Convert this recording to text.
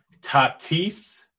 Tatis